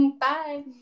Bye